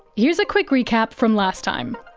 here's a quick recap from last time